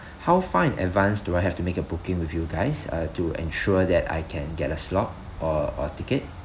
how far in advance do I have to make a booking with you guys uh to ensure that I can get a slot or a ticket